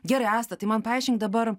gerai asta tai man paaiškink dabar